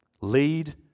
lead